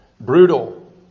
brutal